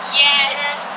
yes